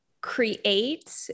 create